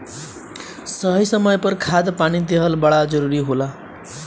सही समय पर खाद पानी देहल बड़ा जरूरी होला